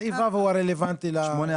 סעיף (ו) הוא הרלוונטי לשאלתך.